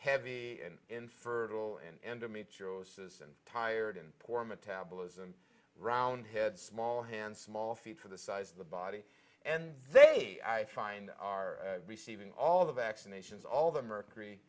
heavy and infertile and tired and poor metabolism roundhead small hands small feet for the size of the body and they i find are receiving all the vaccinations all the mercury